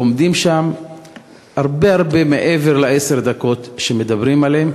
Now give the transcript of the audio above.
והם עומדים שם הרבה הרבה מעבר לעשר דקות שמדברים עליהן.